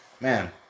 Man